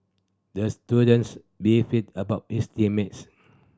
the students beefed about his team mates